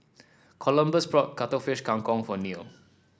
Columbus brought Cuttlefish Kang Kong for Neil